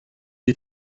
est